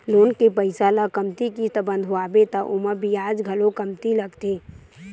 loan के पइसा ल कमती किस्त बंधवाबे त ओमा बियाज घलो कमती लागथे